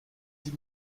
sie